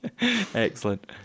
Excellent